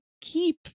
keep